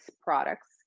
products